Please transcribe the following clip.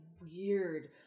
Weird